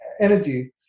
energy